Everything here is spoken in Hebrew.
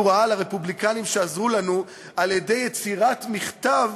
רעה לרפובליקנים שעזרו לנו על-ידי יצירת מכתב,